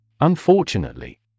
Unfortunately